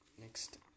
Next